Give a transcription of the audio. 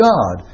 God